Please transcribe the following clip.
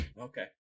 Okay